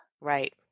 Right